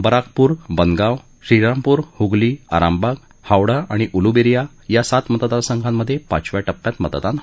बराकपूर बनगाव श्रीरामपूर हूगली आरामबाग हावडा आणि उलुबेरिया या सात मतदारसंघात पाचव्या टप्प्यात मतदान होणार आहे